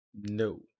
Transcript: No